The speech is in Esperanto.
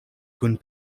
kun